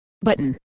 Button